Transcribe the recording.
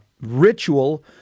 ritual